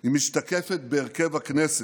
היא משתקפת בהרכב הכנסת.